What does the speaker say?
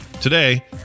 Today